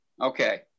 Okay